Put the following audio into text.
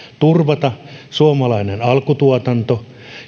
turvata suomalainen alkutuotanto